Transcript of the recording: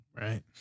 Right